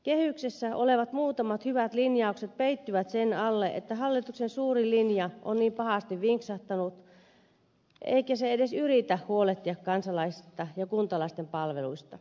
kehyksessä olevat muutamat hyvät linjaukset peittyvät sen alle että hallituksen suuri linja on niin pahasti vinksahtanut eikä se edes yritä huolehtia kansalaisista ja kuntalaisten palveluista